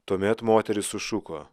tuomet moteris sušuko